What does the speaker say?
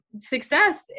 success